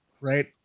right